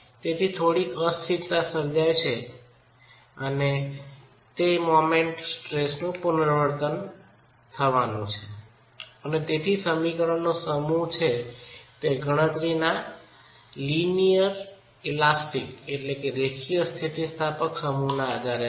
તેથી થોડીક અસ્થિરતા સર્જાય તે મોમેન્ડે સ્ટ્રેસનું પુનવિતરણ થવાનું છે અને તેથી સમીકરણનો સમૂહ છે તે ગણતરીના રેખીય સ્થિતિસ્થાપક સમૂહના આધારે છે